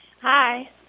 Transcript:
Hi